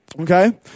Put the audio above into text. okay